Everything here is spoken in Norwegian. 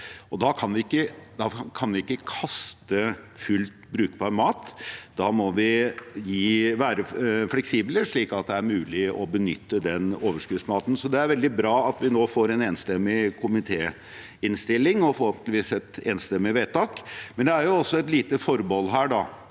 Da kan vi ikke kaste fullt brukbar mat. Da må vi være fleksible, slik at det er mulig å benytte den overskuddsmaten. Det er veldig bra at vi nå får en enstemmig komitéinnstilling og forhåpentligvis et enstemmig vedtak. Men det er et lite forbehold,